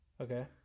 okay